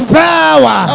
power